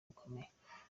bukomeye